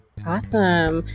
Awesome